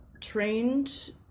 trained